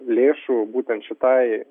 lėšų būtent šitai